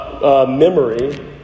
Memory